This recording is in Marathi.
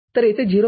तर येथे ०